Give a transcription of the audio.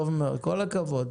כל הכבוד.